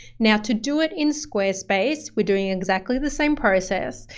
now to do it in squarespace, we're doing exactly the same process.